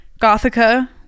Gothica